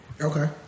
Okay